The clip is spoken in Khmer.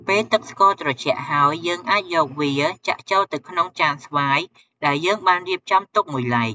ពេលទឹកស្ករត្រជាក់ហើយ យើងអាចយកវាចាក់ចូលទៅក្នុងចានស្វាយដែលយើងបានរៀបចំទុកមួយឡែក។